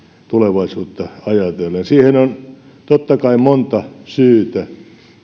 tulevaisuutta ajatellen siihen on totta kai monta syytä